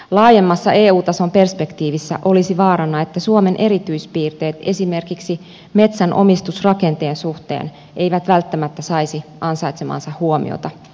laajemmassa eu tason perspektiivissä olisi vaarana että suomen erityispiirteet esimerkiksi metsänomistusrakenteen suhteen eivät välttämättä saisi ansaitsemaansa huomiota